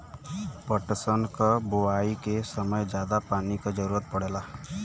पटसन क बोआई के समय जादा पानी क जरूरत पड़ेला